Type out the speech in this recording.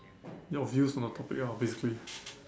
your views on the topic ah basically